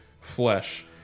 flesh